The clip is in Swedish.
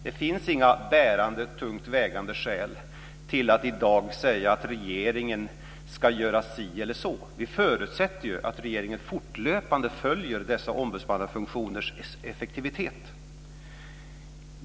Det finns inga bärande och tungt vägande skäl till att i dag säga att regeringen ska göra si eller så. Vi förutsätter ju att regeringen fortlöpande följer dessa ombudsmannafunktioners effektivitet.